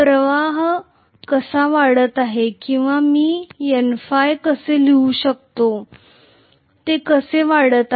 प्रवाह कसा वाढत आहे किंवा मी Nø कसे लिहू शकते ते कसे वाढत आहे